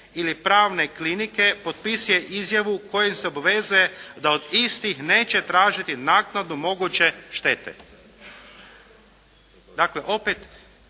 ili pravne klinike potpisuje izjavu kojom se obvezuje da od istih neće tražiti naknadu moguće štete.".